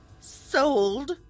Sold